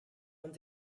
man